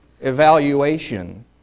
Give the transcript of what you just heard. evaluation